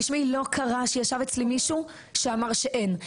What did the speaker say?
תשמעי, לא קרה שישב אצלי מישהו שאמר שאין.